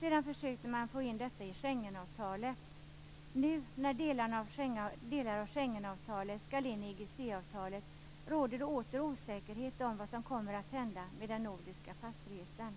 Sedan försökte man få in detta i Schengenavtalet. Nu när delar av Schengenavtalet skall in i EGC-avtalet råder det åter osäkerhet om vad som kommer hända med den nordiska passfriheten.